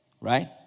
right